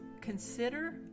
consider